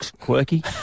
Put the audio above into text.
Quirky